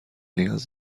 نیاز